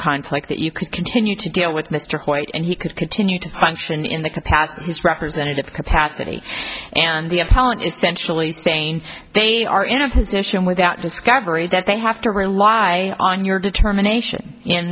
conflict that you could continue to deal with mr white and he could continue to function in that capacity his representative capacity and the appellant essentially saying they are in a position without discovery that they have to rely on your determination in